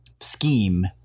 scheme